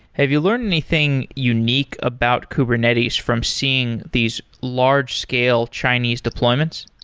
have you learned anything unique about kubernetes from seeing these large-scale chinese deployments?